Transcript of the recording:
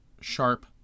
sharp